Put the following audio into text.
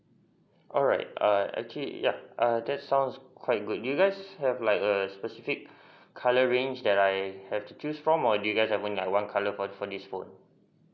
alright err actually yup err that's sound quite good do you guys have like a specific colouring that I have to choose from or do you guys offer like one colour for for this phone